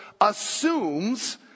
assumes